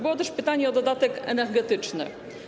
Było też pytanie o datek energetyczny.